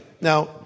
Now